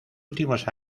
últimos